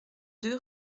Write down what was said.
deux